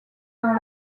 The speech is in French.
dans